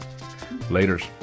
Laters